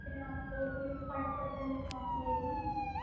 اس میں آپ کو صرف فائیو پرسینٹ ڈسکاؤنٹ ملے گا